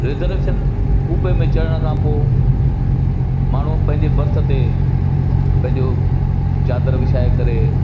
reservation कूबे में चढ़ण खां पोइ माण्हू पंहिंजे बर्थ ते पंहिंजो चादरु विछाए करे